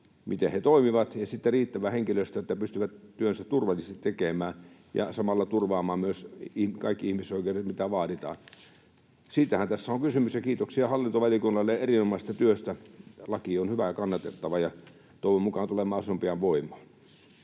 miten he toimivat, ja sitten riittävä henkilöstö, että pystyvät työnsä turvallisesti tekemään ja samalla turvaamaan myös kaikki ihmisoikeudet, mitä vaaditaan. Siitähän tässä on kysymys. Kiitoksia hallintovaliokunnalle erinomaisesta työstä. Laki on hyvä ja kannatettava ja toivon mukaan tulee mahdollisimman pian voimaan.